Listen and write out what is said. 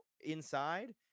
inside